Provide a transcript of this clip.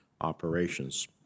Operations